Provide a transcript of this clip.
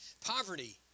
Poverty